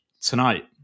tonight